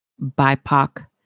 BIPOC